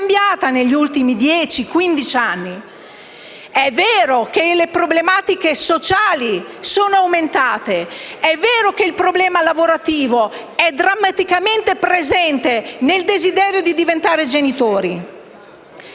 È vero che le problematiche sociali sono aumentate. É vero che il problema lavorativo è drammaticamente presente nel desiderio di diventare genitori.